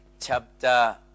chapter